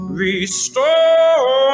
restore